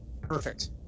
Perfect